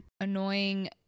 annoying